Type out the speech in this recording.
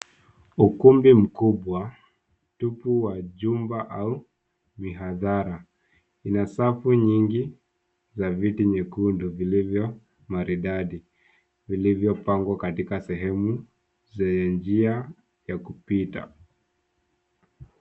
Ukumbi mkubwa tupu wa jumba au mihadhara. Ina safu nyingi za viti nyekundu vilivyo maridadi vilivyopangwa katika sehemu yenye njia ya kupita.